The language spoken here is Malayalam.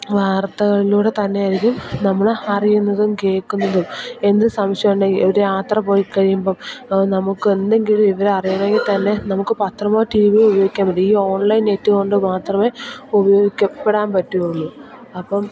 വാർത്തകളിലൂടെ തന്നെ ആയിരിക്കും നമ്മൾ അറിയുന്നതും കേൾക്കുന്നതും എന്ത് സംശയം ഉണ്ടെങ്കിൽ ഒരു യാത്ര പോയി കഴിയുമ്പം അത് നമുക്ക് എന്തെങ്കിലും വിവരം അറിയണമെങ്കിൽ തന്നെ നമുക്ക് പത്രമോ ടിവിയോ ഉപയോഗിക്കാൻ മതി ഈ ഓൺലൈൻ നെറ്റ് കൊണ്ട് മാത്രമേ ഉപയോഗിക്കപ്പെടാൻ പറ്റുകയുള്ളൂ അപ്പം